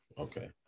Okay